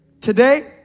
Today